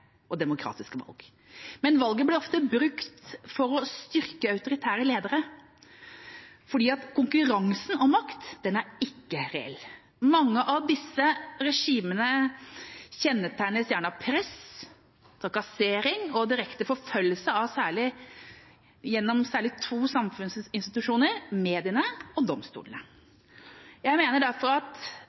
og demokratiske valg. Men valg blir ofte brukt for å styrke autoritære ledere, fordi konkurransen om makt ikke er reell. Mange av disse regimene kjennetegnes gjerne av press, trakassering og direkte forfølgelse gjennom særlig to samfunnsinstitusjoner: mediene og domstolene. Jeg mener derfor at